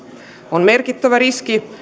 on merkittävä riski